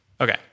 Okay